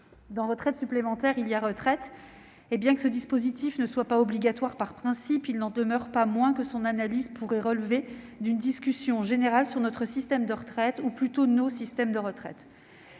Dans « retraite supplémentaire », il y a « retraite », et, bien que ce dispositif ne soit pas obligatoire par principe, il n'en demeure pas moins que son analyse pourrait relever d'une discussion générale sur notre système de retraites- ou plutôt nos systèmes de retraites.